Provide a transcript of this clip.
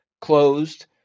closed